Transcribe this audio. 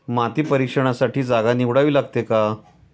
माती परीक्षणासाठी जागा निवडावी लागते का?